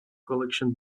collection